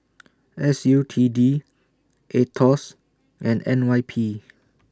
S U T D Aetos and N Y P